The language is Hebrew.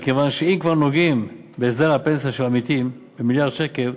מכיוון שאם כבר נוגעים בהסדר הפנסיה של "עמיתים" במיליארד שקל,